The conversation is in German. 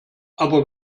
aber